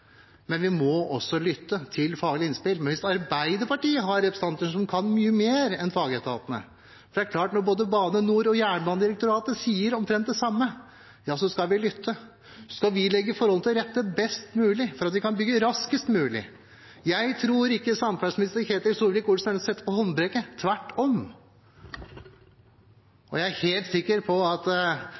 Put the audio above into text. men vi må også lytte til faglige innspill – hvis det er slik at Arbeiderpartiet har representanter som kan mye mer enn fagetatene. Det er klart at når både Bane NOR og Jernbanedirektoratet sier omtrent det samme, skal vi lytte. Da skal vi legge forholdene best mulig til rette for at vi kan bygge raskest mulig. Jeg tror ikke samferdselsminister Ketil Solvik-Olsen vil sette på håndbrekket – tvert om. Jeg er helt sikker på at